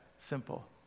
simple